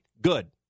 Good